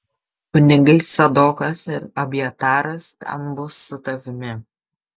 kunigai cadokas ir abjataras ten bus su tavimi